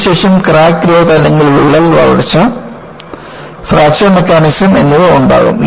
ഇതിന് ശേഷം crack growth അല്ലെങ്കിൽ വിള്ളൽ വളർച്ച ഫ്രാക്ചർ മെക്കാനിസം എന്നിവ ഉണ്ടാകും